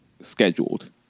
scheduled